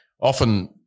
often